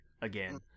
Again